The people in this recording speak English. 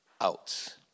out